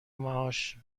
معاش